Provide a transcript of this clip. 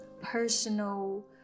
personal